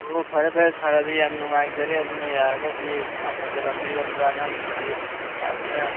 ꯑꯣ ꯐꯔꯦ ꯐꯔꯦ ꯁꯥꯔ ꯑꯗꯨꯗꯤ ꯌꯥꯝ ꯅꯨꯡꯉꯥꯏꯖꯔꯦ ꯑꯗꯨꯅ ꯌꯥꯔꯒꯗꯤ ꯑꯐꯕ ꯂꯝꯕꯤꯔꯣꯝꯗ ꯑꯉꯥꯡꯁꯤꯡꯁꯤ ꯁꯥꯔ ꯈꯣꯏꯅ